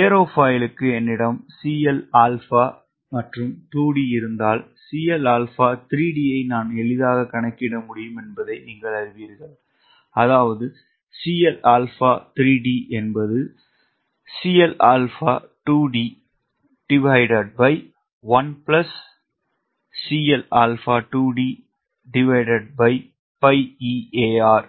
ஏரோஃபாயிலுக்கு என்னிடம் 𝐶Lα 2d இருந்தால் 𝐶Lα 3d ஐ நான் எளிதாகக் கணக்கிட முடியும் என்பதையும் நீங்கள் அறிவீர்கள் 𝐶 Lα3d 𝐶 Lα2d1 𝐶 Lα2d 𝜋𝑒𝐴𝑅